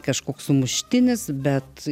kažkoks sumuštinis bet